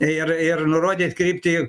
ir ir nurodyt kryptį